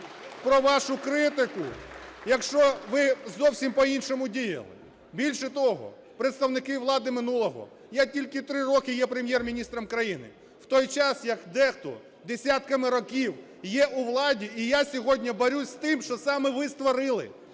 про вашу критику, якщо ви зовсім по-іншому діяли? Більше того, представники влади минулого, я тільки 3 роки є Прем’єр-міністром країни, в той час як дехто десятками років є у владі, і я сьогодні борюся з тим, що саме ви створили: